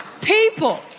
People